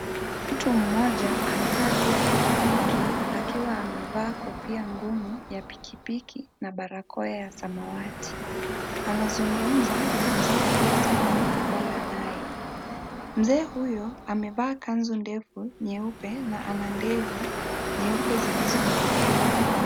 Mtu mmoja amekaa juu ya pikipiki akiwa amevaa kofia ngumu ya pikipiki na barakoa ya samawati. Anazungumza na Mzee aliyesimama mkabala naye. Mzee huyo amevaa kanzu ndefu nyeupe na ana ndevu nyeupe zilizonyolewa.